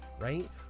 right